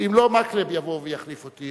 אם לא, מקלב יבוא ויחליף אותי.